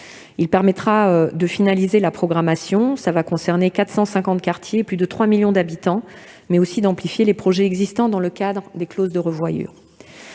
seulement de finaliser la programmation, qui concernera 450 quartiers et plus de 3 millions d'habitants, mais aussi d'amplifier les projets existants dans le cadre de clauses de revoyure.